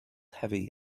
heavy